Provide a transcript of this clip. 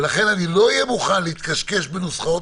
ולכן לא אהיה מוכן להתקשקש בנוסחאות